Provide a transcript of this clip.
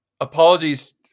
apologies